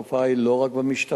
התופעה היא לא רק במשטרה